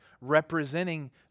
representing